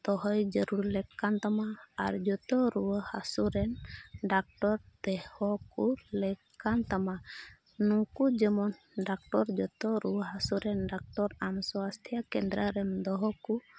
ᱫᱚᱦᱚᱭ ᱡᱟᱹᱨᱩᱲ ᱞᱮᱠ ᱠᱟᱱ ᱛᱟᱢᱟ ᱟᱨ ᱡᱚᱛᱚ ᱨᱩᱣᱟᱹ ᱦᱟᱹᱥᱩ ᱨᱮᱱ ᱰᱟᱠᱴᱚᱨ ᱛᱮᱦᱚᱸ ᱠᱚ ᱞᱮᱠ ᱠᱟᱱ ᱛᱟᱢᱟ ᱱᱩᱠᱩ ᱡᱮᱢᱚᱱ ᱰᱟᱠᱛᱚᱨ ᱡᱚᱛᱚ ᱨᱩᱣᱟᱹ ᱦᱟᱹᱥᱩ ᱰᱟᱠᱴᱚᱨ ᱟᱢ ᱥᱟᱥᱛᱷᱚ ᱠᱮᱱᱫᱨᱚ ᱨᱮᱢ ᱫᱚᱦᱚ ᱠᱚ